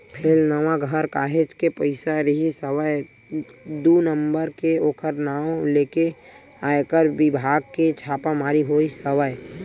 फेलनवा घर काहेच के पइसा रिहिस हवय दू नंबर के ओखर नांव लेके आयकर बिभाग के छापामारी होइस हवय